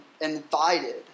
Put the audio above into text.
invited